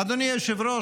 אדוני היושב-ראש,